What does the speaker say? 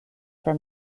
for